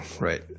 right